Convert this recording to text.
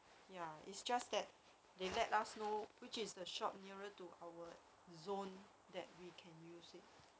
ya it's just that they let us know which is the shop nearer to our zone that we can use it